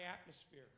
atmosphere